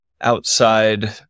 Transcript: outside